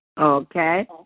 Okay